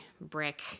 brick